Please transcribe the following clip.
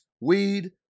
weed